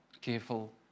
careful